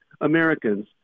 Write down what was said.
Americans